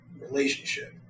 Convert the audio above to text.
relationship